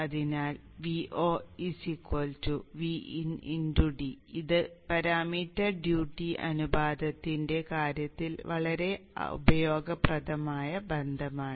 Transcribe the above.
അതിനാൽ Vo d ഇത് parameter duty അനുപാതത്തിന്റെ കാര്യത്തിൽ വളരെ ഉപയോഗപ്രദമായ ബന്ധമാണ്